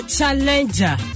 Challenger